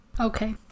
Okay